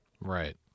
Right